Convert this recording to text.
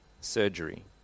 surgery